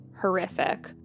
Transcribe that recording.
horrific